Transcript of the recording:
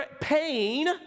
Pain